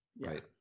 Right